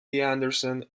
andersen